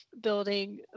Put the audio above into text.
building